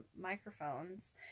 microphones